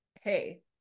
Hey